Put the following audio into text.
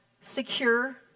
secure